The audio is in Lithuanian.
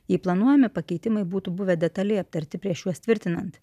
jei planuojami pakeitimai būtų buvę detaliai aptarti prieš juos tvirtinant